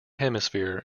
hemisphere